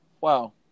Wow